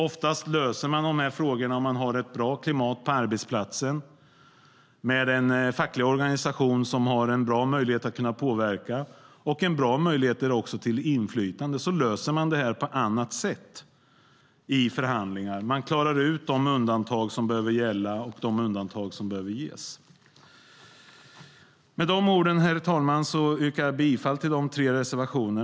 Oftast löser man de här frågorna om man har ett bra klimat på arbetsplatsen, med en facklig organisation som har bra möjlighet att påverka och bra möjlighet till inflytande. Då löser man detta på annat sätt, i förhandlingar. Man klarar ut de undantag som behöver gälla och de undantag som behöver ges. Med de orden, herr talman, yrkar jag bifall till våra tre reservationer.